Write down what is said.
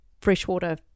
freshwater